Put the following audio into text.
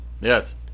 Yes